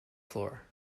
floor